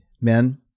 men